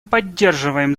поддерживаем